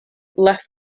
left